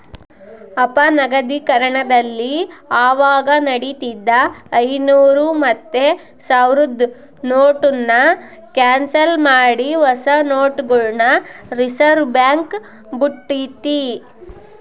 ಅಪನಗದೀಕರಣದಲ್ಲಿ ಅವಾಗ ನಡೀತಿದ್ದ ಐನೂರು ಮತ್ತೆ ಸಾವ್ರುದ್ ನೋಟುನ್ನ ಕ್ಯಾನ್ಸಲ್ ಮಾಡಿ ಹೊಸ ನೋಟುಗುಳ್ನ ರಿಸರ್ವ್ಬ್ಯಾಂಕ್ ಬುಟ್ಟಿತಿ